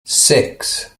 six